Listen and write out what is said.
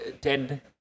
Ted